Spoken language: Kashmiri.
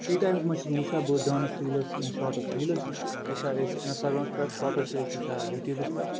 فری ٹایمَس منٛز چھُس بہٕ وٕچھان بٔڑ ڈانس ریٖلٕز یا شاٹٕز ریٖلٕز چھُس بہٕ وٕچھان أسۍ انسٹاگرامَس پٮ۪ٹھ شاٹٕز چھِ أسۍ وٕچھان یوٗٹیوٗبس پٮ۪ٹھ